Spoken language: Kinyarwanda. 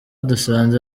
dusanze